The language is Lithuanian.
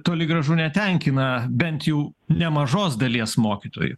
toli gražu netenkina bent jau nemažos dalies mokytojų